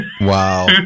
wow